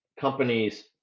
companies